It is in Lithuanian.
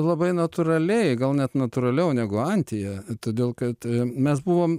labai natūraliai gal net natūraliau negu antyje todėl kad mes buvom